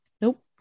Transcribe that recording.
Nope